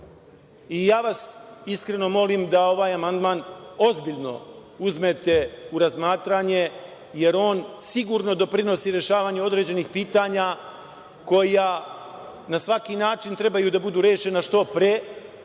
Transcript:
vas molim da ovaj amandman ozbiljno uzmete u razmatranje, jer on sigurno doprinosi rešavanju određenih pitanja koja na svaki način trebaju da budu rešena što pre,